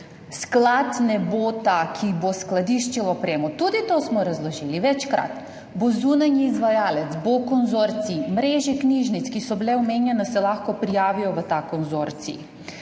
Sklad ne bo ta, ki bo skladiščil opremo, tudi to smo razložili, večkrat, bo zunanji izvajalec, bo konzorcij. Mreže knjižnic, ki so bile omenjene, se lahko prijavijo v ta konzorcij.